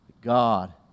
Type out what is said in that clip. God